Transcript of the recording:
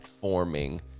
forming